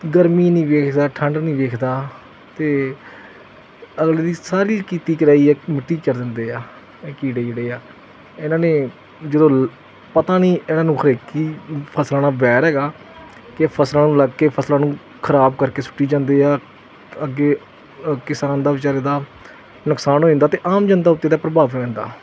ਗਰਮੀ ਨੀ ਵੇਖਦਾ ਠੰਡ ਨੀ ਵੇਖਦਾ ਤੇ ਅਗਲੇ ਦੀ ਸਾਰੀ ਕੀਤੀ ਕਰਾਈ ਇੱਕ ਮਿੱਟੀ ਕਰ ਦਿੰਦੇ ਆ ਇਹ ਕੀੜੇ ਜਿਹੜੇ ਆ ਇਹਨਾਂ ਨੇ ਜਦੋਂ ਪਤਾ ਨਹੀਂ ਇਹਨਾਂ ਨੂੰ ਖਰੇ ਕੀ ਫਸਲਾਂ ਨਾਲ ਵੈਰ ਹੈਗਾ ਕਿ ਫਸਲਾਂ ਨੂੰ ਲੱਗ ਕੇ ਫਸਲਾਂ ਨੂੰ ਖਰਾਬ ਕਰਕੇ ਸੁੱਟੀ ਜਾਂਦੇ ਆ ਅੱਗੇ ਕਿਸਾਨ ਦਾ ਵਿਚਾਰੇ ਦਾ ਨੁਕਸਾਨ ਹੋ ਜਾਂਦਾ ਤੇ ਆਮ ਜਨਤਾ ਉਤੇ ਇਹਦਾ ਪ੍ਰਭਾਵ ਪੈਂਦਾ